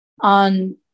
on